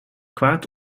kwaad